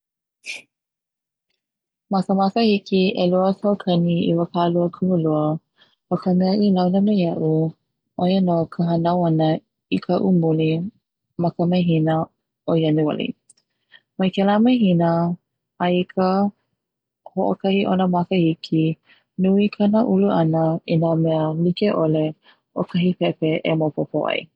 Ma ka makahiki ʻeluakaukaniumikumalua, o ka mea i launa me iaʻu ʻoia no ka hanau ana i kaʻu muli ma ka mahina o Ianuali, mai kela mahina a i ka hoʻokahi ona makahiki nui kana ulu ana i na mea likeʻole o kahi pepe e maopopo ai.